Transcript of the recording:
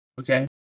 Okay